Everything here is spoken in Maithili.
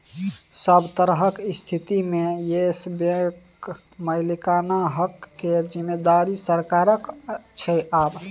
सभ तरहक स्थितिमे येस बैंकक मालिकाना हक केर जिम्मेदारी सरकारक छै आब